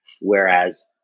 Whereas